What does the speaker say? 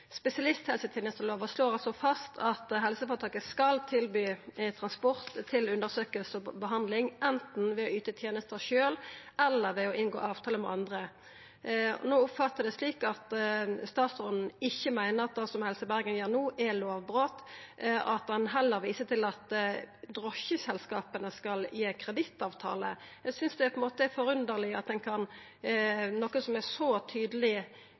slår altså fast at helseføretaket skal tilby transport til undersøking og behandling, anten ved å yta tenesta sjølv eller ved å inngå avtalar med andre. Eg oppfatta det slik at statsråden meiner at det som Helse Bergen gjer no, ikkje er lovbrot, og at han i staden viser til at drosjeselskapa skal gi ei kredittavtale. Eg synest det er forunderleg at når noko er så tydeleg